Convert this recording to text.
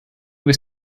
was